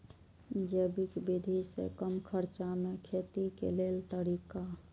जैविक विधि से कम खर्चा में खेती के लेल तरीका?